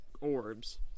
orbs